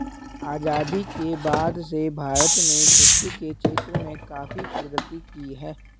आजादी के बाद से भारत ने कृषि के क्षेत्र में काफी प्रगति की है